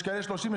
יש כאלה 30,000,